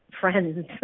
friends